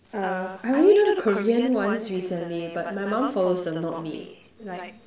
uh I only know the Korean ones recently but my mom follows them not me like